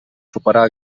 superar